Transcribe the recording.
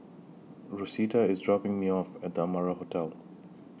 Rosita IS dropping Me off At The Amara Hotel